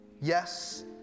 yes